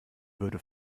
würde